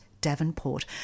Davenport